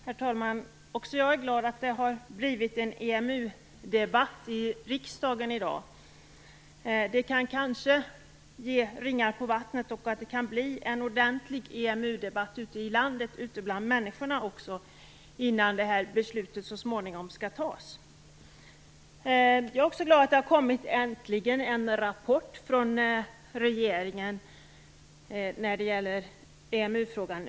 Herr talman! Också jag är glad över att det i dag hålls en EMU-debatt i riksdagen. Det kan kanske ge ringar på vattnet så att det kan bli en ordentlig EMU debatt också bland människorna ute i landet innan beslutet så småningom skall fattas. Jag är också glad över att det äntligen har kommit en rapport från regeringen om EMU-frågan.